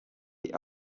die